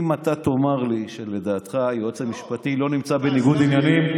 אם אתה תאמר לי שלדעתך היועץ המשפטי לא נמצא בניגוד עניינים,